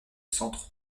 centre